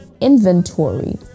inventory